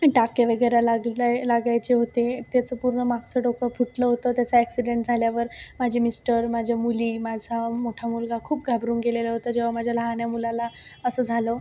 टाके वगैरे लागलंय लागायचे होते त्याचं पूर्ण मागचं डोकं फुटलं होतं त्याचा ॲक्सिडंट झाल्यावर माझे मिस्टर माझ्या मुली माझा मोठा मुलगा खूप घाबरून गेलेला होता जेव्हा माझ्या लहान मुलाला असं झालं